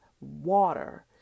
water